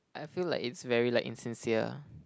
I feel like it's very like insincere